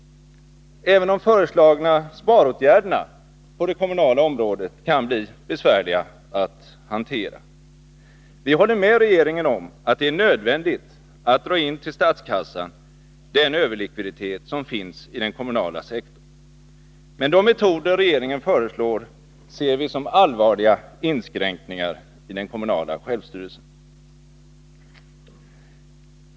Även de föreslagna sparåtgärderna på det kommunala området kan bli besvärliga att hantera. Vi håller med regeringen om att det är nödvändigt att dra in till statskassan den överlikviditet som finns i den kommunala sektorn. Men de metoder som regeringen föreslår ser vi som allvarliga inskränkningar i den kommunala självstyrelsen.